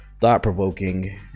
Thought-provoking